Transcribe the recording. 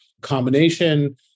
combination